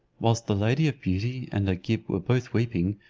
whilst the lady of beauty and agib were both weeping,